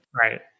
Right